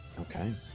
Okay